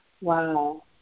Wow